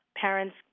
parents